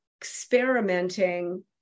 experimenting